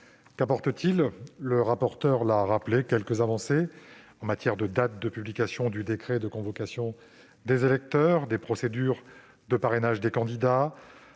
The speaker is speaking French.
Qu'apporte-t-il ? Le rapporteur l'a rappelé : quelques avancées en matière de date de publication du décret de convocation des électeurs, de procédure de parrainage des candidats